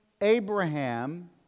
Abraham